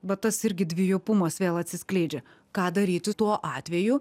va tas irgi dvejopumas vėl atsiskleidžia ką daryti tuo atveju